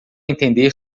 entender